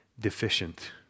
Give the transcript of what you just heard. deficient